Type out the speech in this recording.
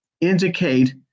indicate